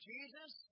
Jesus